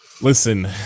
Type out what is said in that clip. Listen